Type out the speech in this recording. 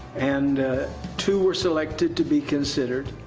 and two were selected to be considered.